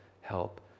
help